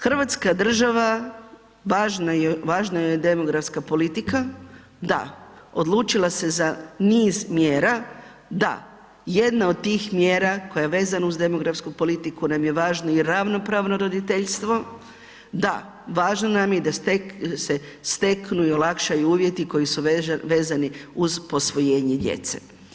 Hrvatska država važna joj je demografska politika, da, odlučila se za niz mjera, da, jedna od tim mjera koja je vezana uz demografsku politiku nam je važno i ravnopravno roditeljstvo, da, važno nam je da se steknu i olakšaju uvjeti koji su vezani uz posvojenje djece.